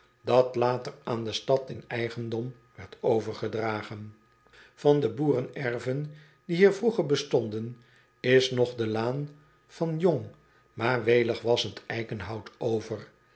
dat later aan de stad in eigendom werd overgedragen an de boerenerven die hier vroeger bestonden is nog de laan van jong maar welig wassend eikenhout over